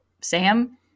Sam